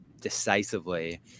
decisively